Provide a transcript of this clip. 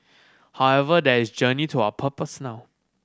however there is a journey to our purpose now